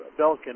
Belkin